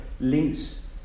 links